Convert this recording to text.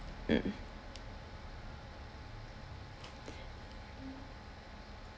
mm